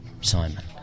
Simon